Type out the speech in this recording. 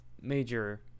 major